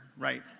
right